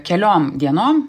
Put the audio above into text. keliom dienom